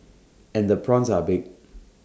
and the prawns are big